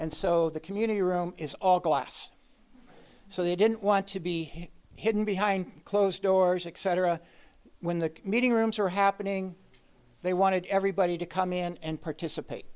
and so the community room is all glass so they didn't want to be hidden behind closed doors etc when the meeting rooms are happening they wanted everybody to come in and participate